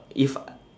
if